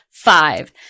Five